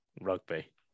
rugby